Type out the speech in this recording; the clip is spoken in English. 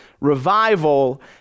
Revival